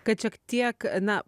kad šiek tiek na